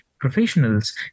professionals